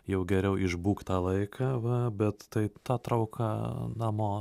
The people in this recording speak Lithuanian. jau geriau išbūk tą laiką va bet taip ta trauka namo